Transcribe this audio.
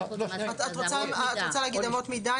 את רוצה להגיד אמות מידה,